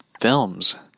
films